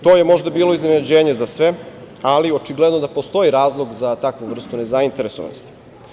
To je možda bilo iznenađenje za sve, ali očigledno da postoji razlog za takvu vrstu nezainteresovanosti.